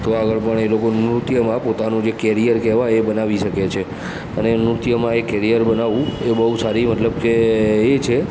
તો આગળ પણ એ લોકો નૃત્યમાં પોતાનું જે કેરિયર કહેવાય એ બનાવી શકે છે અને નૃત્યમાં એ કેરિયર બનાવવું એ બહુ સારી મતલબ કે એ છે